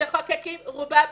המחוקקים רובם